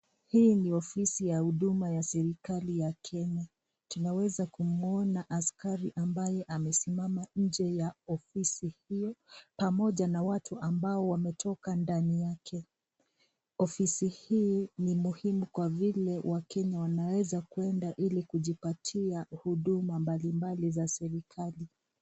Hii ni ofisi ya huduma ya serikali ya Kenya. Tunaweza kumuona askari ambaye amesimana nje ya ofisi hiyo, pamoja na watu ambao wametoka ndani yake. Ofisi hii ni muhimu kwa vile wakenya wanaweza kuenda ili kujipatia huduma mbali mbali za serikali.